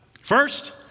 first